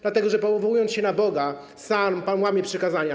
Dlatego, że powołując się na Boga, sam pan łamie przykazania.